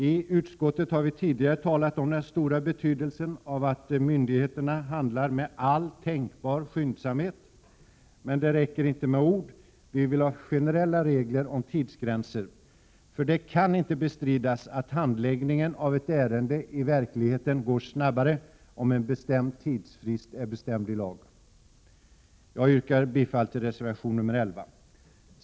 I utskottet har vi tidigare talat om den stora betydelsen av att myndigheterna handlar med all tänkbar skyndsamhet. Men det räcker inte med ord. Vi vill ha generella regler om tidsgränser, för det kan inte bestridas att handläggningen av ett ärende verkligen går snabbare om en bestämd tidsfrist är inskriven i lag. Jag yrkar bifall till reservation 11.